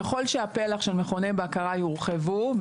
ככל שהפלח של מכוני בקרה יורחבו,